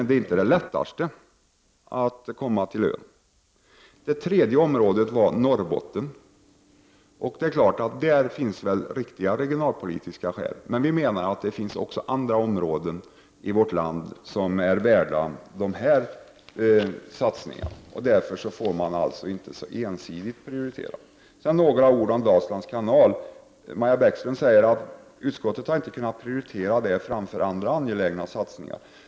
Det är inte så lätt att komma till ön under sommaren. Det tredje området var Norrbotten, och där finns riktiga regionalpolitiska skäl. Vi menar dock att det finns också andra områden i vårt land som är värda satsningar, och därför får man inte prioritera ensidigt. Så några ord om Dalslands kanal. Maja Bäckström säger att utskottet inte har kunnat prioritera den framför andra angelägna satsningar.